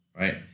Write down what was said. right